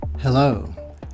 Hello